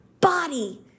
body